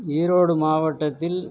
ஈரோடு மாவட்டத்தில்